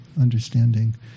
understanding